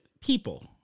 people